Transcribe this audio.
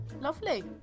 lovely